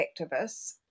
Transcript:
activists